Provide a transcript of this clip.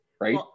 right